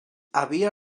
havia